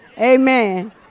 Amen